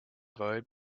road